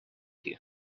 you